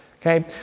okay